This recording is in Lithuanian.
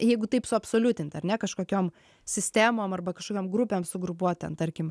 jeigu taip suabsoliutint ar ne kažkokiom sistemom arba kažkiom grupėm sugrupuot ten tarkim